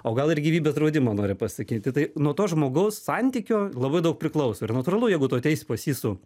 o gal ir gyvybės draudimą nori pasakyti tai nuo to žmogaus santykio labai daug priklauso ir natūralu jeigu tu ateisi pas jį su